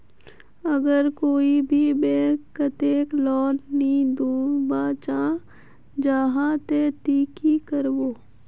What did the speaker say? अगर कोई भी बैंक कतेक लोन नी दूध बा चाँ जाहा ते ती की करबो?